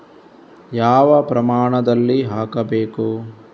ಯಾವ ಪ್ರಮಾಣದಲ್ಲಿ ಹಾಕಬೇಕು?